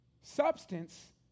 Substance